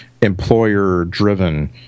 employer-driven